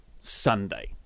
Sunday